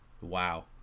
Wow